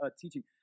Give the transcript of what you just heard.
teaching